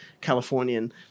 Californian